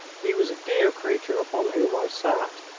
he was a dear creature upon whom i sat,